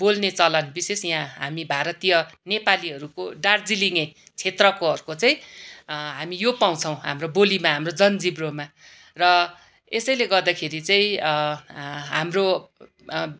बोल्ने चलन विशेष यहाँ हामी भारतीय नेपालीहरूको दार्जिलिङ्गे क्षेत्रकोहरूको चाहिँ हामी यो पाउँछौँ हाम्रो बोलीमा हाम्रो जनजिब्रोमा र यसैले गर्दाखेरि चाहिँ हाम्रो